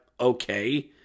okay